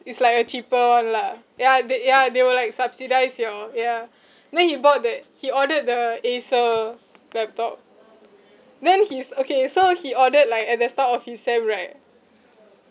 it's like a cheaper [one] lah ya they ya they will like subsidise your ya then he bought that he ordered the acer laptop then his okay so he ordered like at the start of his sem right